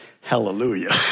hallelujah